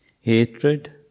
hatred